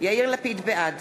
בעד